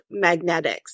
magnetics